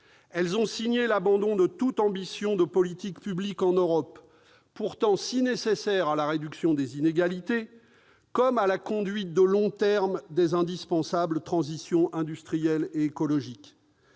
Elles ont signé l'abandon de toute ambition de politique publique en Europe, pourtant si nécessaire à la réduction des inégalités, comme à la conduite de long terme des indispensables transitions industrielles et écologiques.